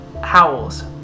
howls